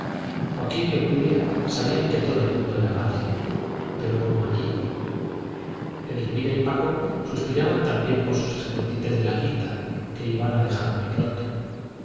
joaquín y obdulia sabían que todo el mundo era patria pero como allí edelmira y paco suspiraban también por sus escondites de la quinta que iban a dejar muy pronto